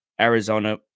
Arizona